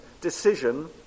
decision